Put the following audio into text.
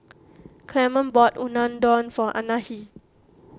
Clemon bought Unadon for Anahi